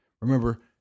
Remember